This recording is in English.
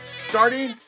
starting